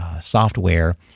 Software